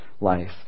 life